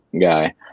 guy